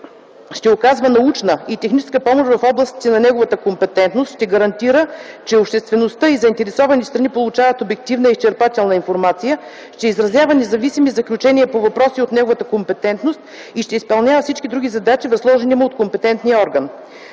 ще оказва научна и техническа помощ в областите от неговата компетентност, ще гарантира, че обществеността и заинтересованите страни получават обективна и изчерпателна информация, ще изразява независими заключения по въпроси от неговата компетентност и ще изпълнява всички други задачи, възложени му от компетентния орган.